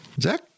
Zach